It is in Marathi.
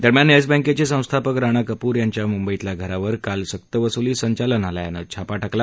दरम्यान येस बँकेचे संस्थापक राणा कपूर यांच्या मुंबईतल्या घरावर काल सक्त वसुली संचालनालयाने छापा टाकला